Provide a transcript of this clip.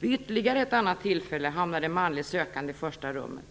Vid ytterligare ett annat tillfälle hamnade en manlig sökande i första rummet.